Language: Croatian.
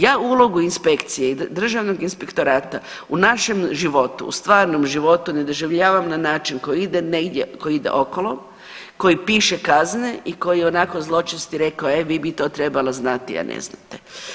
Ja ulogu inspekcije i Državnog inspektorata u našem životu, u stvarnom životu ne doživljavam na način koji ide negdje, koji ide okolo, koji piše kazne i koji onako zločest i rekao e vi bi to trebala znati, a ne znate.